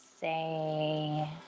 say